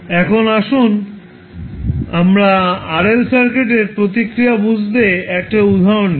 এখন আসুন আমরা RL সার্কিটের প্রতিক্রিয়া বুঝতে 1 টা উদাহরণ নিই